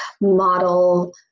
model